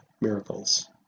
miracles